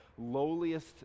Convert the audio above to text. lowliest